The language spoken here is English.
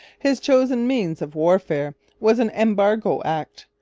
his chosen means of warfare was an embargo act,